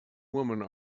woman